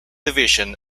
division